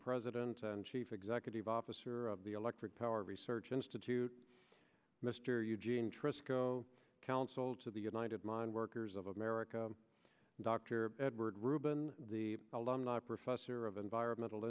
president and chief executive officer of the electric power research institute mr eugene trust go counsel to the united mine workers of america dr edward reuben the alumni professor of environmental